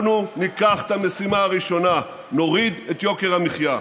אנחנו ניקח את המשימה הראשונה: נוריד את יוקר המחיה.